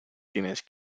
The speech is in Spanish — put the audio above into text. tienes